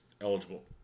Eligible